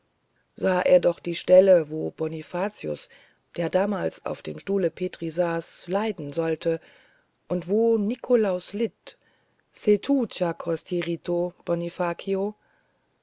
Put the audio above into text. sah er doch die stelle wo bonifazius der damals auf dem stuhle petri saß leiden sollte und wo nikolaus litt se